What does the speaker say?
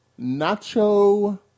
nacho